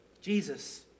Jesus